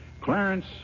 Clarence